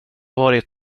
varit